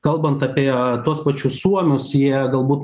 kalbant apie tuos pačius suomius jie galbūt